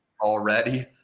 already